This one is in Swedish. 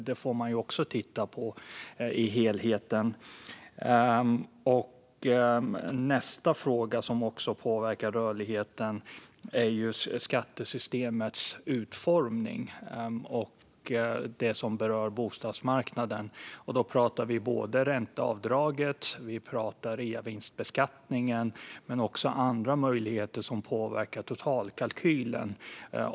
Det får man också titta på i helheten. Nästa fråga, som också påverkar rörligheten, är skattesystemets utformning i det som berör bostadsmarknaden. Då pratar vi både om ränteavdraget och reavinstbeskattningen, liksom om andra möjligheter som påverkar totalkalkylen.